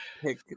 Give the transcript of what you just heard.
pick